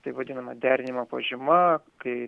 taip vadinama derinimo pažyma kai